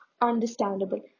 Understandable